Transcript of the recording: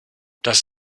das